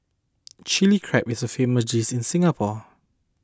Chilli Crab is a famous dish in Singapore